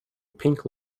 pink